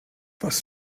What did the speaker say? was